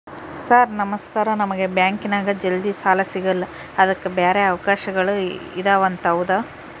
Sir ನಮಸ್ಕಾರ ನಮಗೆ ಬ್ಯಾಂಕಿನ್ಯಾಗ ಜಲ್ದಿ ಸಾಲ ಸಿಗಲ್ಲ ಅದಕ್ಕ ಬ್ಯಾರೆ ಅವಕಾಶಗಳು ಇದವಂತ ಹೌದಾ?